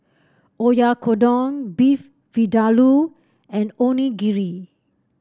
Oyakodon Beef Vindaloo and Onigiri